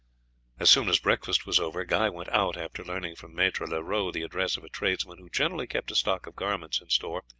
as soon as breakfast was over guy went out, after learning from maitre leroux the address of a tradesman who generally kept a stock of garments in store,